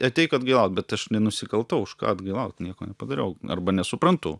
ateik atgailaut bet aš nenusikaltau už ką atgailaut nieko nepadariau arba nesuprantu